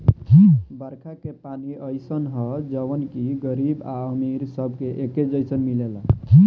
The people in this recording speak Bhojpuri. बरखा के पानी अइसन ह जवन की गरीब आ अमीर सबके एके जईसन मिलेला